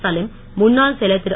சலீம் முன்னாள் செயலர் திரு